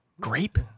grape